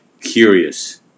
curious